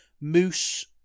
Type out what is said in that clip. Moose